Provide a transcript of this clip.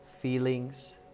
feelings